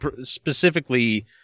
specifically